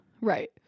Right